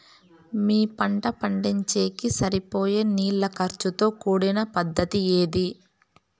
మీ పంట పండించేకి సరిపోయే నీళ్ల ఖర్చు తో కూడిన పద్ధతి ఏది?